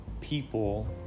people